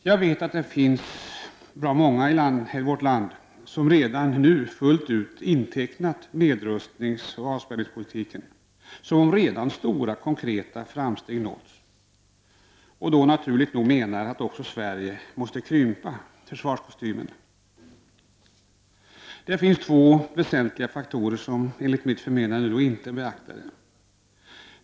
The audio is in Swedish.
Jag vet att det finns många människor i vårt land som redan nu fullt ut har intecknat nedrustningsoch avspänningspolitiken, som om stora konkreta framsteg hade nåtts, och då naturligt nog menar att också Sverige måste krympa försvarskostymen. Det finns två väsentliga faktorer som då inte är beaktade.